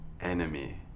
Enemy